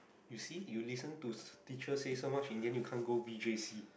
you see you listen to teacher say so much and then you can't go v_j_c